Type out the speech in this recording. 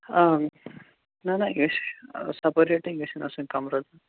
ٲں نا نا یہِ گژھِ سَپَریٹِی گَژھَن آسٕنۍ کَمرٕ زٕ